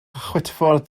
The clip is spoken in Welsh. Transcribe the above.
chwitffordd